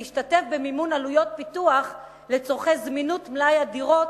להשתתף במימון עלויות פיתוח לצורכי זמינות מלאי הדירות